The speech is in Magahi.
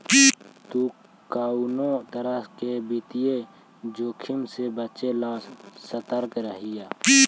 तु कउनो तरह के वित्तीय जोखिम से बचे ला सतर्क रहिये